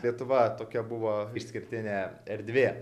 lietuva tokia buvo išskirtinė erdvė